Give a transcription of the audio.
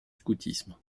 scoutisme